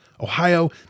Ohio